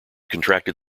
contracted